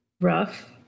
rough